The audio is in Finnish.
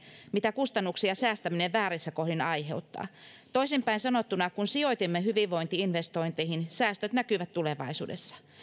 mitä kustannuksia säästäminen väärissä kohdin aiheuttaa toisinpäin sanottuna kun sijoitamme hyvinvointi investointeihin säästöt näkyvät tulevaisuudessa